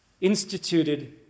instituted